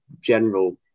general